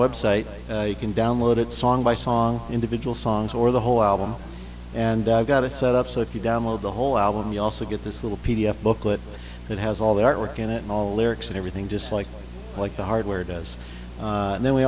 website you can download it song by song individual songs or the whole album and got it set up so if you download the whole album you also get this little p d f booklet that has all the artwork in it all lyrics and everything just like like the hardware does and then we